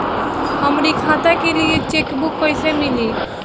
हमरी खाता के लिए चेकबुक कईसे मिली?